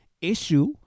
issue